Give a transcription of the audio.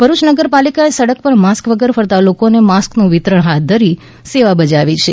ભરુચ નગરપાલિકાએ સડક પર માસ્ક વગર ફરતા લોકોને માસ્કનું વિતરણ હાથ ધરી સેવા બજાવી છે